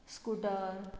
scooter